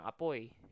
apoy